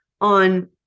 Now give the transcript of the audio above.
on